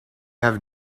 have